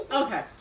okay